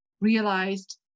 realized